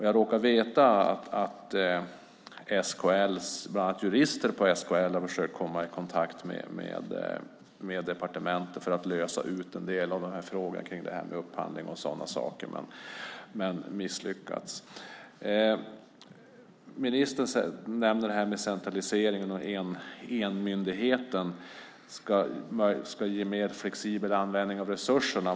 Jag råkar veta att bland annat jurister på SKL har försökt att komma i kontakt med departementet för att lösa en del av frågorna runt upphandling och sådana saker men misslyckats. Ministern nämner att centraliseringen och enmyndigheten ska ge en mer flexibel användning av resurserna.